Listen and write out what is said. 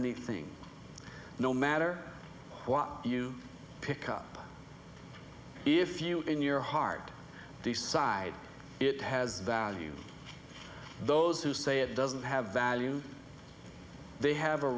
neat thing no matter what you pick up if you in your heart decide it has value those who say it doesn't have value they have a